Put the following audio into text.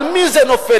על מי זה נופל?